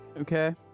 Okay